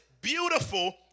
beautiful